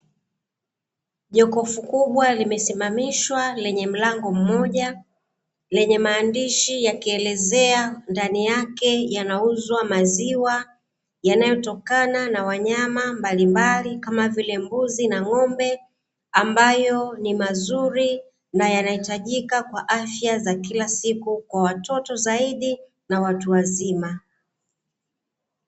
Jokofu kubwa limesimamishwa lenye mlango mmoja, lenye maandishi yakielezea ndani yake yanauzwa maziwa yanayotokana na wanyama mbalimbali, kama vile mbuzi, na ng'ombe, ambayo ni mazuri na yanahitajika kwa afya za kila siku, kwa watoto zaidi, na watu wazima.